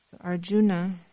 Arjuna